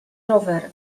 rower